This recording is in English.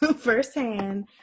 firsthand